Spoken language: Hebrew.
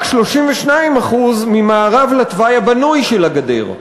רק 32% ממערב לתוואי הבנוי של הגדר.